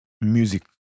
music